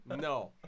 No